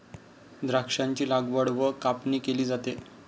द्राक्षांची लागवड व कापणी केली जाते